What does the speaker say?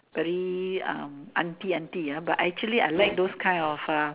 very um auntie auntie ah but actually I like those kind of a